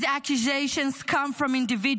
These accusations come from individuals